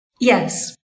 Yes